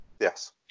Yes